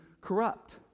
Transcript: corrupt